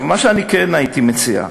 מה שאני כן הייתי מציע,